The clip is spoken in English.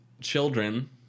children